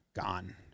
gone